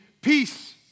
peace